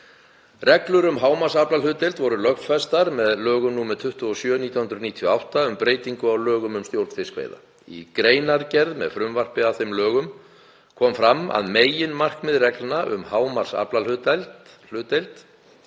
Reglur um hámarksaflahlutdeild voru lögfestar með lögum nr. 27/1998, um breytingu á lögum um stjórn fiskveiða. Í greinargerð með frumvarpi að þeim lögum kom fram að meginmarkmið reglna um hámarksaflahlutdeild